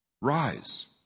Rise